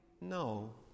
no